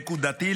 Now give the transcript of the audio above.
נקודתי,